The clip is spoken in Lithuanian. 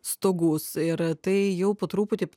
stogus ir tai jau po truputį